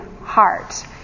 heart